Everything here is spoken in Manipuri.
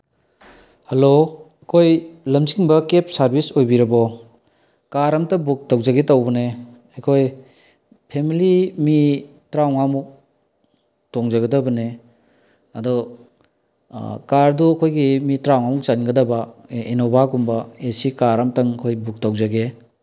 ꯍꯜꯂꯣ ꯑꯩꯈꯣꯏ ꯂꯝꯖꯤꯡꯕ ꯀꯦꯕ ꯁꯥꯔꯕꯤꯁ ꯑꯣꯏꯕꯤꯔꯕꯣ ꯀꯥꯔ ꯑꯃꯇ ꯕꯨꯛ ꯇꯧꯖꯒꯦ ꯇꯧꯕꯅꯦ ꯑꯩꯈꯣꯏ ꯐꯦꯃꯤꯂꯤ ꯃꯤ ꯇꯔꯥ ꯃꯉꯥꯃꯨꯛ ꯇꯣꯡꯖꯒꯗꯕꯅꯦ ꯑꯗꯣ ꯀꯥꯔꯗꯨ ꯑꯩꯈꯣꯏꯒꯤ ꯃꯤ ꯇꯔꯥ ꯃꯉꯥꯃꯨꯛ ꯆꯟꯒꯗꯕ ꯏꯅꯣꯕꯥꯒꯨꯝꯕ ꯑꯦ ꯁꯤ ꯀꯥꯔ ꯑꯃꯇꯪ ꯑꯩꯈꯣꯏ ꯕꯨꯛ ꯇꯧꯖꯒꯦ